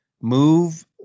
Move